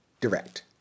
direct